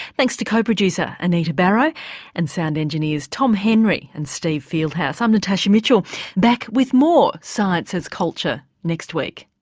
thanks to co-producer anita barraud and sound engineers tom henry and steve fieldhouse. i'm natasha mitchell back with more science as culture next week